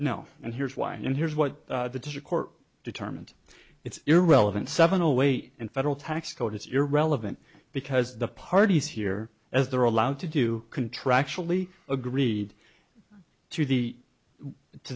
no and here's why and here's what the to court determined it's irrelevant seven a weight in federal tax code is irrelevant because the parties here as they're allowed to do contractually agreed to the to